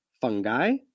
fungi